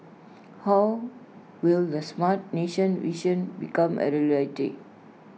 how will the Smart Nation vision become A reality